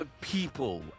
people